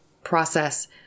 process